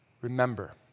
remember